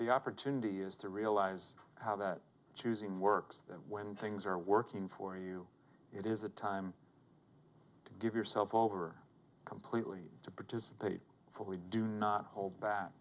the opportunity is to realize how that choosing works when things are working for you it is a time to give yourself over completely to participate fully do not hold back